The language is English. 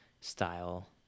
style